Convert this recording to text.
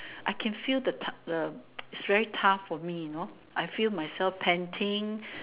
I can feel the tug it's very tough for me you know I feel myself panting